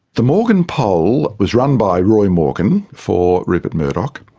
the morgan poll was run by roy morgan for rupert murdoch,